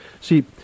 See